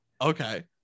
Okay